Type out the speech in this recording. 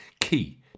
Key